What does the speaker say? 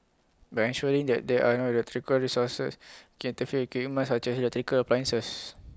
by ensuring that there are no electrical resources can interfere game as such as electrical appliances